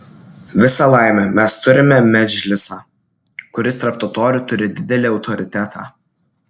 visa laimė mes turime medžlisą kuris tarp totorių turi didelį autoritetą